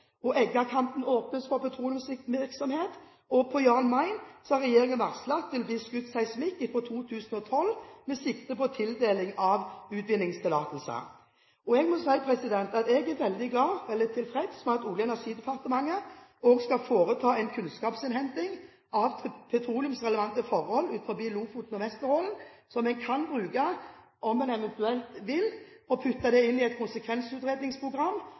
petroleumsvirksomhet. Eggakanten åpnes for petroleumsvirksomhet. På Jan Mayen har regjeringen varslet at det vil bli skutt seismikk fra 2012, med sikte på tildeling av utvinningstillatelser. Jeg må si at jeg er veldig tilfreds med at Olje- og energidepartementet også skal foreta en kunnskapsinnhenting av petroleumsrelevante forhold utenfor Lofoten og Vesterålen, som en kan bruke om en eventuelt vil – og putte det inn i et konsekvensutredningsprogram,